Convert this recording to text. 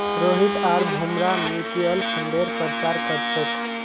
रोहित आर भूमरा म्यूच्यूअल फंडेर प्रचार कर छेक